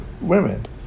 women